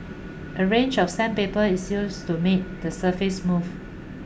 a range of sandpaper is used to make the surface smooth